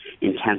intense